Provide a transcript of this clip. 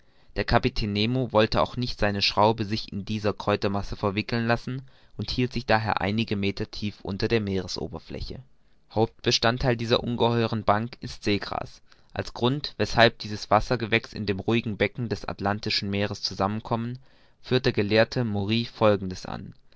der kapitän nemo wollte auch nicht seine schraube sich in dieser kräutermasse verwickeln lassen und hielt sich daher einige meter tief unter der meeresoberfläche der hauptbestandtheil dieser ungeheuren bank ist seegras als grund weshalb diese wassergewächse in dem ruhigen becken des atlantischen meeres zusammen kommen führt der gelehrte maury folgendes an